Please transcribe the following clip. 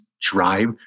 drive